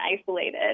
isolated